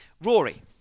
Rory